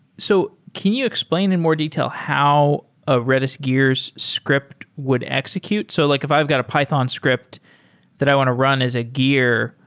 so can you explain in more detail how a redis gears script would execute? so like i've got a python script that i want to run as a gear,